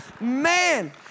Man